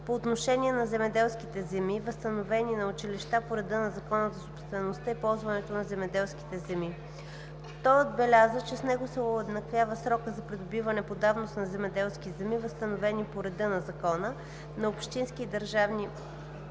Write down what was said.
по отношение на земеделските земи, възстановени на училища по реда на Закона за собствеността и ползването на земеделските земи. Той отбеляза, че с него се уеднаквява срокът за придобиване по давност на земеделски земи, възстановени по реда на Закона, на общински и държавни